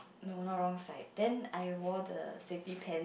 no not wrong side then I wore the safety pants